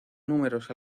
números